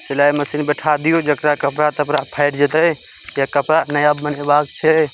सिलाइ मशीन बैठा दियौ जेकरा कपड़ा तपड़ा फाटि जेतै किए कपड़ा नया बनेबाक छै